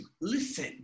listen